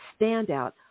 standout